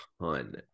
ton